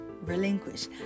relinquish